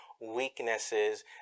weaknesses